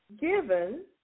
given